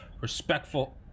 respectful